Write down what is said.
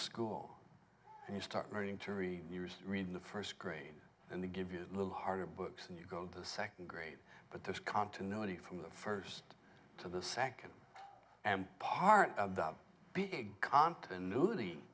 school and you start learning to read read the first grade and they give you a little harder books and you go to the second grade but there's continuity from the first to the second and part of the big continuity